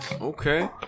Okay